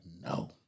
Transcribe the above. no